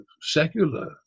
secular